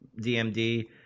DMD